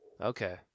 Okay